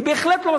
היא בהחלט לא.